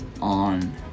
on